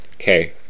Okay